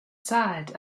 zahlt